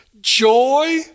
Joy